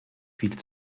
viel